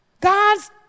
God's